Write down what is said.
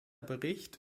bericht